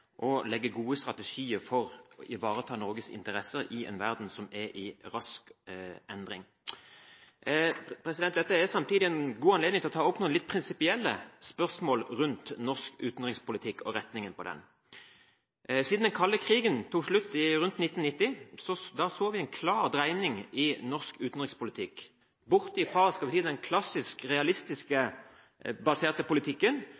og å legge gode strategier for å ivareta Norges interesser i en verden som er i rask endring. Dette er samtidig en god anledning til å ta opp noen litt prinsipielle spørsmål rundt norsk utenrikspolitikk og retningen på den. Siden den kalde krigen tok slutt rundt 1990, har vi sett en klar dreining i norsk utenrikspolitikk, bort fra – la oss si – den klassiske realistisk baserte politikken,